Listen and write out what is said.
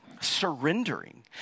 surrendering